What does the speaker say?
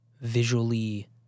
visually